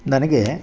ನನಗೆ